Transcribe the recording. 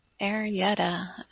Arietta